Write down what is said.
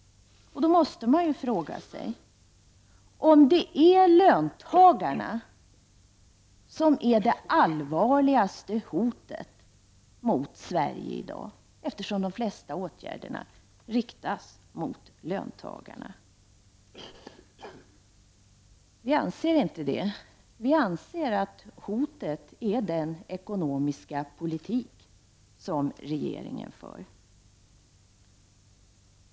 Man måste mot den bakgrunden fråga sig om det är löntagarna som är det allvarligaste hotet mot Sverige i dag. Vi anser inte det. Vi anser att hotet är den ekonomiska politik som regeringen för.